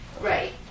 right